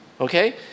okay